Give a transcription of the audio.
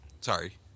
sorry